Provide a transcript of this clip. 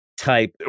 type